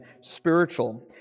spiritual